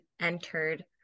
entered